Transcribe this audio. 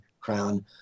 Crown